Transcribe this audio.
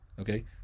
okay